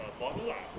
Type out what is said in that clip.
uh model lah